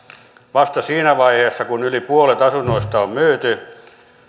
vasta siinä vaiheessa kun yli puolet asunnoista on myyty